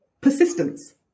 persistence